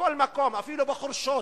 בכל מקום, אפילו בחורשות,